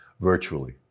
virtually